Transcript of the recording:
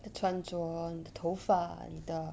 的穿着你的头发你的